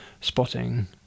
spotting